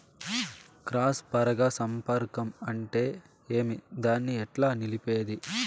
Cross పరాగ సంపర్కం అంటే ఏమి? దాన్ని ఎట్లా నిలిపేది?